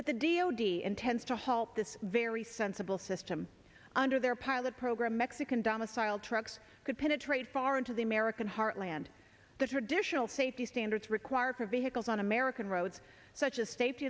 but the d o d intends to halt this very sensible system under their pilot program mexican domiciled trucks could penetrate far into the american heartland the traditional safety standards required for vehicles on american roads such as s